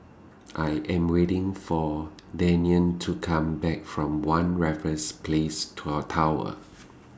I Am waiting For Deion to Come Back from one Raffles Place Tour Tower